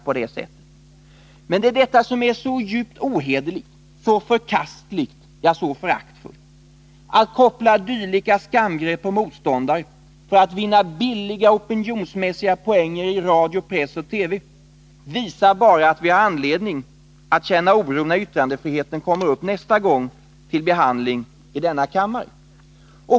Men det är detta som är så djupt ohederligt, så förkastligt, ja så föraktligt. Att koppla dylika skamgrepp på motståndare för att vinna billiga, opinionsmässiga poänger i radio, TV och press visar bara att det finns anledning att känna oro inför kommande behandling av yttrandefrihetsfrågor i denna kammare.